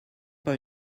pas